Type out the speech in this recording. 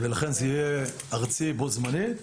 לכן זה יהיה ארצי בו זמנית.